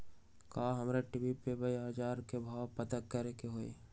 का हमरा टी.वी पर बजार के भाव पता करे के होई?